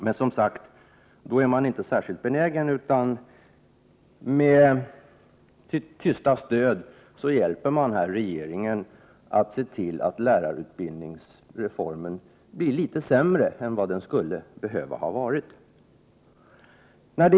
Men man är som sagt inte särskilt benägen att medverka här, utan med sitt tysta stöd hjälper man regeringen attse till att lärarutbildningsreformen blir litet sämre än vad den hade behövt vara.